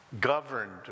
governed